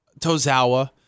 Tozawa